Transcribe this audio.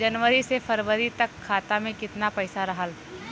जनवरी से फरवरी तक खाता में कितना पईसा रहल?